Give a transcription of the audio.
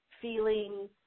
feeling